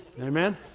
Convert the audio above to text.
Amen